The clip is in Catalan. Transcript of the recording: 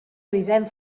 grisenc